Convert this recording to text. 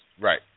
Right